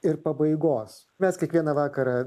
ir pabaigos mes kiekvieną vakarą